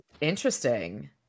Interesting